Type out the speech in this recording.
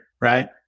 right